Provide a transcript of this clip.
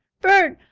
bert!